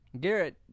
Garrett